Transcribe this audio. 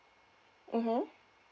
mmhmm